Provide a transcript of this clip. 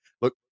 look